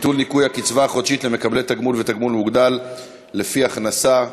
(ביטול ניכוי הקצבה החודשית למקבלי תגמול ותגמול מוגדל לפי הכנסה),